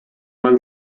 man